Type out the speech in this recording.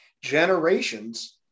generations